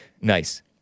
Nice